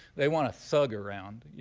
they want a thug around,